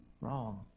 wrong